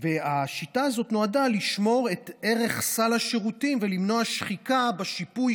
והשיטה הזאת נועדה לשמור את ערך סל השירותים ולמנוע שחיקה בשיפוי